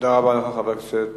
תודה רבה לך, חבר הכנסת